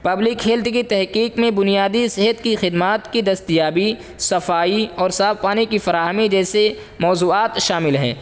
public health کی تحقیق میں بنیادی صحت کی خدمات کی دستیابی صفائی اور صاف پانی کی فراہمی جیسے موضوعات شامل ہیں